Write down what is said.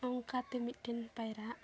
ᱱᱚᱝᱠᱟ ᱛᱮ ᱢᱤᱫᱴᱮᱱ ᱯᱟᱭᱨᱟᱜ